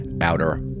outer